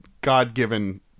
God-given